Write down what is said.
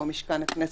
כמו משכן הכנסת,